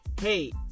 hey